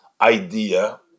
idea